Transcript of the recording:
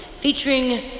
featuring